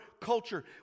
culture